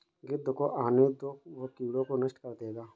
गिद्ध को आने दो, वो कीड़ों को नष्ट कर देगा